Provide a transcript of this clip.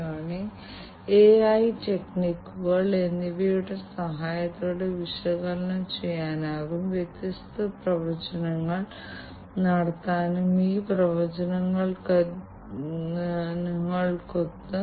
ഇപ്പോൾ അനലിറ്റിക്സുമായി ബന്ധപ്പെട്ട് ഒരു ഒറ്റപ്പെട്ട ഫാഷനിൽ ഉണ്ടായിരുന്നു എന്നാൽ IIoT യുടെ പശ്ചാത്തലത്തിൽ നമ്മൾ സംസാരിക്കുന്നത് ഒരേ വ്യവസായത്തിലെയും വ്യത്യസ്ത വ്യവസായങ്ങളിലെയും സ്ഥലങ്ങളിലെയും വ്യത്യസ്ത മെഷീനുകളിൽ നിന്ന് വരുന്ന ഒരു വലിയ അളവിലുള്ള ഡാറ്റയെക്കുറിച്ചാണ്